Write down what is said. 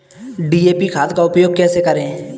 DAP खाद का उपयोग कैसे करें?